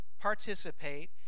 participate